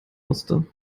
musste